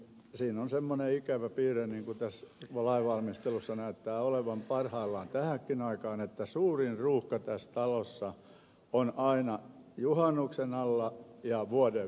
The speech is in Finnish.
siinä on semmoinen ikävä piirre tässä lainvalmistelussa ja näyttää olevan parhaillaan tähänkin aikaan että suurin ruuhka tässä talossa on aina juhannuksen alla ja vuodenvaihteessa